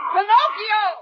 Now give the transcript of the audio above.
Pinocchio